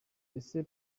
ese